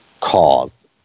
caused